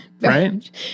Right